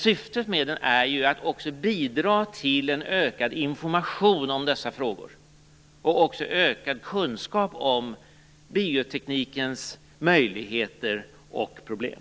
Syftet med en översyn är att också bidra till ökad information om dessa frågor och till ökad kunskap om bioteknikens möjligheter och problem.